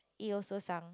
it also sunk